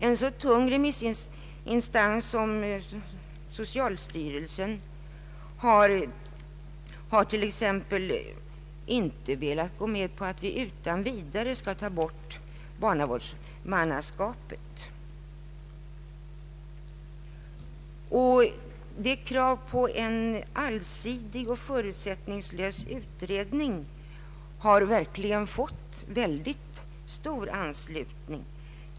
En så tung remissinstans som socialstyrelsen t.ex. har inte velat gå med på att vi utan vidare avskaffar barnavårdsmannaskapet. Kravet på en allsidig och förutsättningslös utredning har verkligen fått mycket stor anslutning.